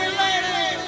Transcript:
lady